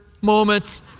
moments